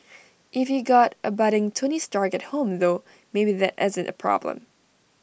if you got A budding tony stark at home though maybe that isn't A problem